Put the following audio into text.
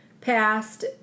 past